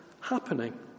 happening